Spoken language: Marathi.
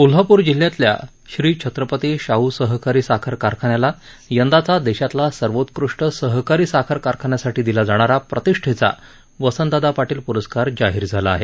कोल्हापूर जिल्ह्यातल्या श्री छत्रपती शाह सहकारी साखर कारखान्याला यंदाचा देशातला सर्वोत्कृष्ट सहकारी साखर कारखान्यासाठी दिला जाणारा प्रतिष्ठेचा वसंतदादा पाटील पुरस्कार जाहीर झाला आहे